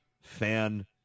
fan